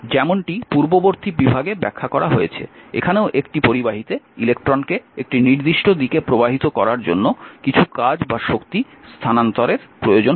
যেমনটি পূর্ববর্তী বিভাগে ব্যাখ্যা করা হয়েছে এখানেও একটি পরিবাহীতে ইলেকট্রনকে একটি নির্দিষ্ট দিকে প্রবাহিত করার জন্য কিছু কাজ বা শক্তি স্থানান্তরের প্রয়োজন হয়